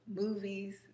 movies